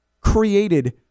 created